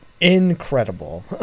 incredible